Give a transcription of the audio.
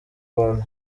ball